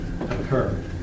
occur